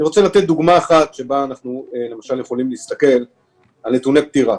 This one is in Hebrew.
אני רוצה לתת דוגמה אחת שבה אנחנו יכולים להסתכל - על נתוני פטירה.